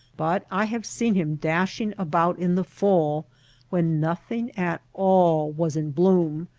but i have seen him dashing about in the fall when nothing at all was in bloom,